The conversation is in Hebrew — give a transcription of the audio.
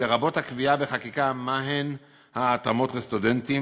לרבות הקביעה בחקיקה מהן ההתאמות לסטודנטים,